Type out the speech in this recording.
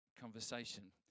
conversation